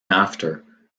after